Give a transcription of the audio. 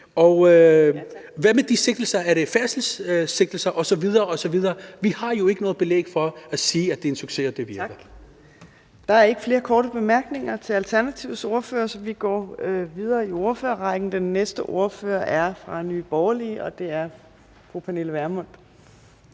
Og er der tale om færdselssigtelser? osv. osv. Vi har jo ikke noget belæg for at sige, at det er en succes, og at det virker. Kl. 14:26 Fjerde næstformand (Trine Torp): Tak. Der er ikke flere korte bemærkninger til Alternativets ordfører, så vi går videre i ordførerrækken. Den næste ordfører er fra Nye Borgerlige, og det er fru Pernille Vermund.